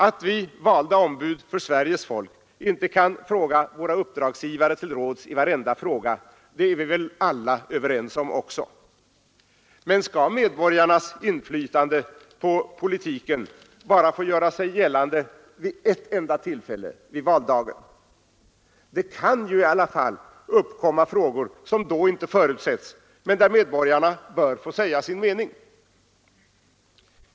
Att vi valda ombud för Sveriges folk inte kan fråga våra uppdragsgivare till råds i varenda fråga är vi väl alla överens om. Men skall medborgarnas inflytande på politiken bara få göra sig gällande vid ett enda tillfälle, på valdagen? Det kan ju i alla fall uppkomma frågor som då inte förutsetts men där medborgarna bör få säga sin mening.